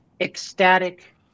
ecstatic